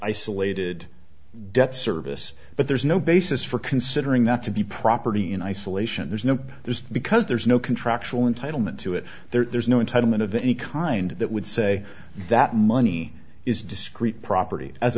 isolated debt service but there's no basis for considering that to be property in isolation there's no just because there's no contractual entitlement to it there's no entitlement of any kind that would say that money is discrete property as